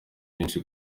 byinshi